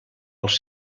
els